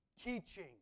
teaching